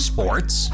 Sports